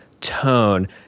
tone